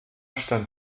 stand